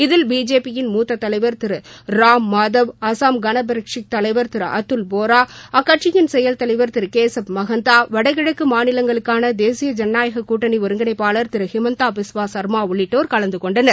இதில் பிஜேபியின் மூத்த தலைவர் திரு ராம்மாதவ் அசாம் கனபரிஷத் தலைவர் திரு அத்துல் போரா அக்கட்சியின் செயல் தலைவர் திரு கேசப் மகந்தா வடகிழக்கு மாநிலங்களுக்காள தேசிய ஜனநாயக கூட்டணி ஒருங்கிணைப்பாளர் திரு ஹிமந்த பிஸ்வா சர்மா உள்ளிட்டோர் கலந்துகொண்டனர்